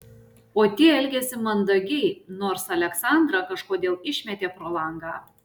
o tie elgėsi mandagiai nors aleksandrą kažkodėl išmetė pro langą